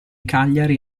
cagliari